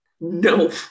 No